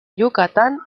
yucatán